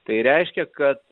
tai reiškia kad